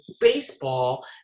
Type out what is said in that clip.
baseball